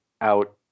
out